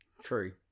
true